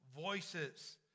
voices